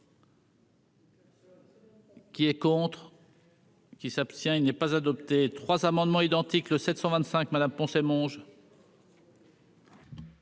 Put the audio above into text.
Qui est contre. Qui s'abstient, il n'est pas adopté 3 amendements identiques, le 725 Me Poncet Monge.